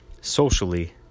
socially